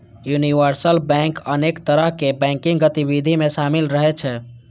universal bank अनेक तरहक banking गतिविधि मे शामिल रहै छै